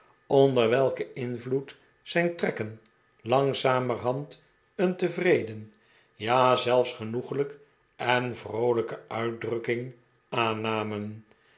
onder welken invloed zijn trekken langzamerhand een tevreden ja zelfs genoeglijke en vroolijke uitdrukking aannamen